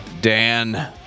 Dan